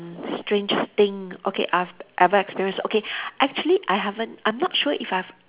strangest thing okay I've ever experienced okay actually I haven't I'm not sure if I've